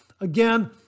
Again